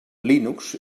linux